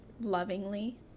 lovingly